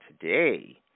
today